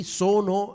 sono